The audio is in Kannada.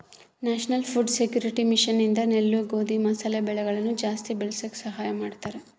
ನ್ಯಾಷನಲ್ ಫುಡ್ ಸೆಕ್ಯೂರಿಟಿ ಮಿಷನ್ ಇಂದ ನೆಲ್ಲು ಗೋಧಿ ಮಸಾಲೆ ಬೆಳೆಗಳನ ಜಾಸ್ತಿ ಬೆಳಸಾಕ ಸಹಾಯ ಮಾಡ್ತಾರ